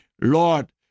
Lord